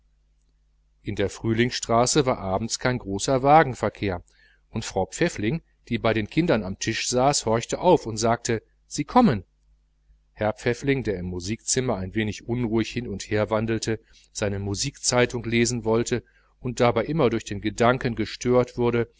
in der frühlingsstraße war abends kein großer wagenverkehr und frau pfäffling die bei den kindern am tisch saß horchte auf und sagte sie kommen herr pfäffling der im musikzimmer ein wenig unruhig hin und her wandelte seine musikzeitung lesen wollte und dabei immer durch den gedanken gestört wurde